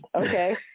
Okay